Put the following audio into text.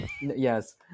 yes